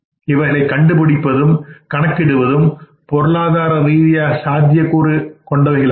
இவைகளை கண்டுபிடிப்பதும் கணக்கிடுவதும் பொருளாதாரரீதியாக சாத்தியக்கூறு கொண்டவைகள் அல்ல